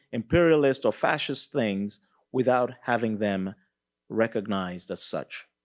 imperialist or fascist things without having them recognized as such.